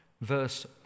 Verse